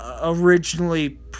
originally